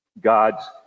god's